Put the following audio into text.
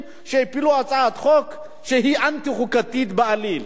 שהפילו הצעת חוק שהיא אנטי-חוקתית בעליל.